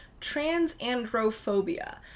transandrophobia